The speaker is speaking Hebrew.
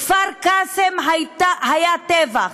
בכפר-קאסם היה טבח,